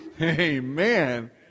Amen